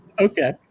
Okay